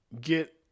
get